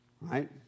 right